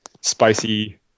spicy